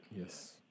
Yes